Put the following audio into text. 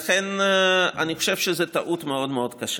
לכן אני חושב שזאת טעות מאוד מאוד קשה.